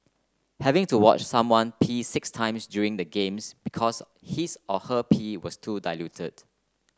having to watch someone pee six times during the games because his or her pee was too diluted